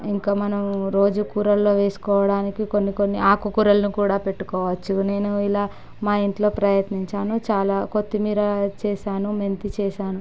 ఇంకా మనం రోజు కూరల్లో వేసుకోవడానికి కొన్ని కొన్ని ఆకుకూరలను కూడా పెట్టుకోవచ్చు నేను ఇలా మా ఇంట్లో ప్రయత్నించాను చాలా కొత్తిమీర చేశాను మెంతి చేశాను